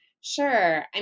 Sure